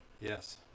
Yes